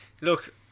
Look